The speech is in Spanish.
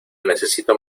necesito